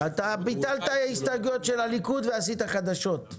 אתה ביטלת הסתייגויות של הליכוד ועשית חדשות.